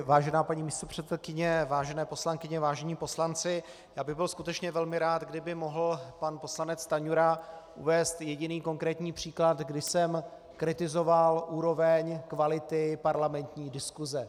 Vážená paní místopředsedkyně, vážené poslankyně, vážení poslanci, já bych byl skutečně velmi rád, kdyby mohl pan poslanec Stanjura uvést jediný konkrétní příklad, kdy jsem kritizoval úroveň kvality parlamentní diskuse.